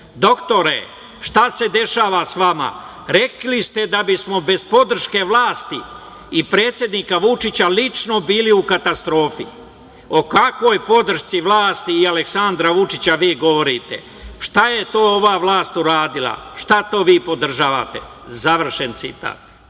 Doktore, šta se dešava sa vama? Rekli ste da bismo bez podrške vlasti i predsednika Vučića lično bili u katastrofi. O kakvoj podršci vlasti i Aleksandra Vučića vi govorite? Šta je to ova vlast uradila? Šta to vi podržavate?, završen citat. Imate